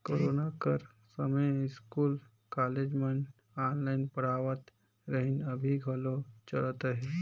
corona कर समें school, college मन ऑनलाईन पढ़ावत रहिन, अभीं घलो चलत अहे